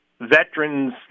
veterans